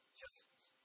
justice